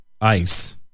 ice